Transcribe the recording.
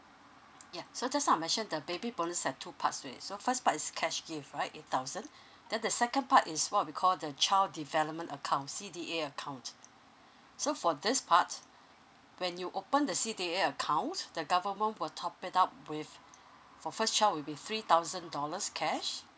yup so just now I mentioned the baby bonus has two parts to it so first part is cash gift right eight thousand then the second part is what we call the child development account C_D_A account so for this part when you open the C_D_A account the government will top it up with for first child will be three thousand dollars cash